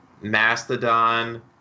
Mastodon